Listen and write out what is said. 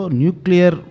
nuclear